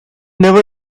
never